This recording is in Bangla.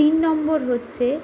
তিন নম্বর হচ্ছে